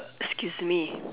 excuse me